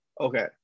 Okay